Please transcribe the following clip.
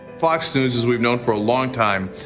fox news, as we've known for a long time,